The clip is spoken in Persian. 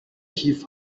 کیف